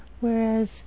Whereas